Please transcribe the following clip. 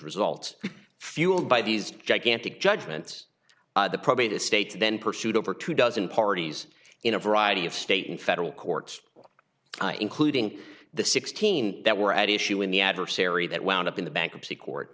results fueled by these gigantic judgments the probate estates then pursued over two dozen parties in a variety of state and federal courts including the sixteen that were at issue in the adversary that wound up in the bankruptcy court